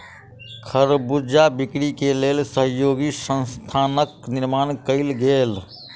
खरबूजा बिक्री के लेल सहयोगी संस्थानक निर्माण कयल गेल